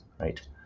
Right